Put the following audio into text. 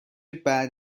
بعد